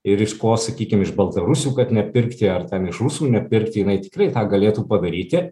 ir iš ko sakykim iš baltarusių kad nepirkti ar ten iš rusų nepirkti jinai tikrai tą galėtų padaryti